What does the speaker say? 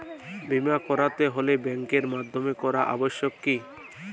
বিমা করাতে হলে ব্যাঙ্কের মাধ্যমে করা আবশ্যিক কি?